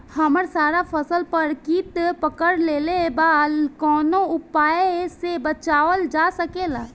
हमर सारा फसल पर कीट पकड़ लेले बा कवनो उपाय से बचावल जा सकेला?